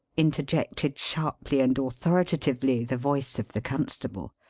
interjected sharply and authoritatively the voice of the constable.